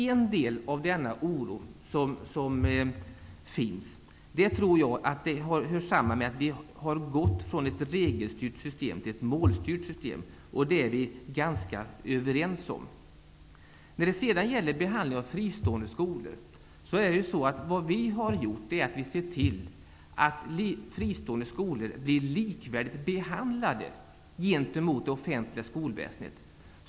Jag tror att en del av denna oro hör samman med att vi gått från ett regelstyrt system till ett målstyrt system. Det är vi överens om. Vidare har vi behandlingen av fristående skolor. Vi har sett till att fristående skolor blir likvärdigt behandlade gentemot det offentliga skolväsendet.